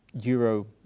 Euro